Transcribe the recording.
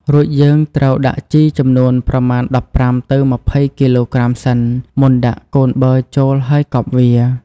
រួចយើងត្រូវដាក់ជីចំនួនប្រមាណ ១៥ ទៅ ២០ គីឡូក្រាមសិនមុនដាក់កូនប័រចូលហើយកប់វា។